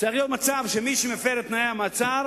צריך להיות מצב שמי שמפר את תנאי המעצר